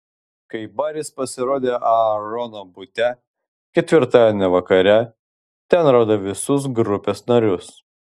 kai baris pasirodė aarono bute ketvirtadienio vakare ten rado visus grupės narius